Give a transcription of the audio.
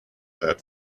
that